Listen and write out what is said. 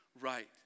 right